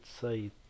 say